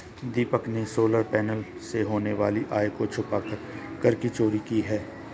दीपक ने solar panel से होने वाली आय को छुपाकर कर की चोरी की है